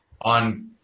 on